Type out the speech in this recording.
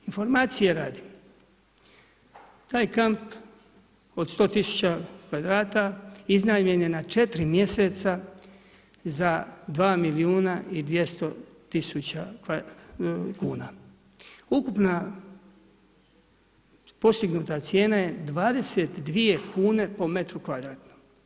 Informacije radi, taj kamp od 100 tisuća kvadrata iznajmljen je na 4 mjeseca za 2 milijuna i 200 tisuća kuna. ukupna postignuta cijena je 22 kune po metru kvadratnom.